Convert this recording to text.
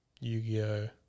Yu-Gi-Oh